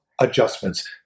adjustments